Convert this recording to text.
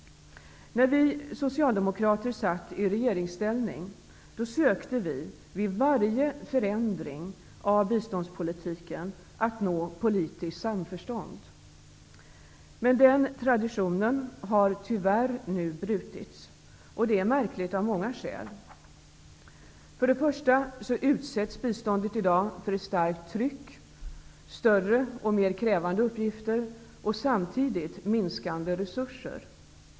När vi socialdemokrater satt i regeringsställning sökte vi vid varje förändring av biståndspolitiken att nå politiskt samförstånd. Den traditionen har tyvärr nu brutits. Det är märkligt av många skäl. För det första utsätts biståndet i dag för ett starkt tryck -- större och mer krävande uppgifter och samtidigt minskande resurser.